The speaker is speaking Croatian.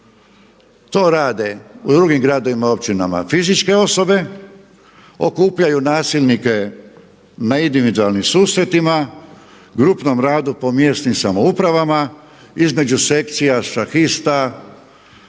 to rade u drugim gradovima i općinama fizičke osobe, okupljaju nasilnike na individualnim susretima, grupnom radu po mjesnim samoupravama između sekcija šahista,